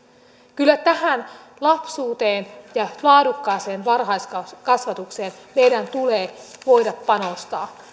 kyllä tähän lapsuuteen ja laadukkaaseen varhaiskasvatukseen meidän tulee voida panostaa